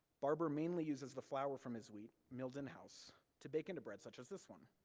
barber mainly uses the flour from his wheat, milled in-house, to bake into breads such as this one,